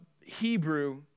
Hebrew